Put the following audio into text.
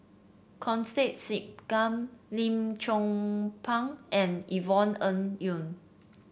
Constance Singam Lim Chong Pang and Yvonne Ng Uhde